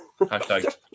Hashtag